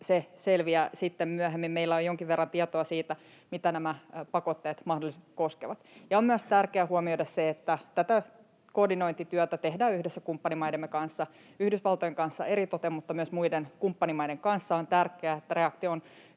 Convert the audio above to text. sitten myöhemmin. Meillä on jonkin verran tietoa siitä, mitä nämä pakotteet mahdolliset koskevat. On myös tärkeää huomioida se, että tätä koordinointityötä tehdään yhdessä kumppanimaidemme kanssa. Yhdysvaltojen kanssa eritoten, mutta myös muiden kumppanimaiden kanssa on tärkeää, että reaktio on